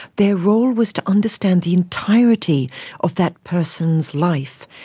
their role was to understand the entirety of that person's life.